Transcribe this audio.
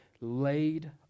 laid